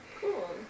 Cool